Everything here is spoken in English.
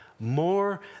more